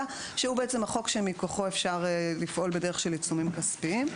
שהוא החוק שמכוחו אפשר לפעול בדרך של עיצומים כספיים.